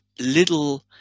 little